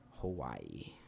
Hawaii